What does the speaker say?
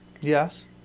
Yes